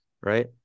right